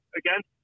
again